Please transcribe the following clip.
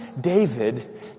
David